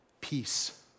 peace